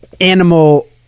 animal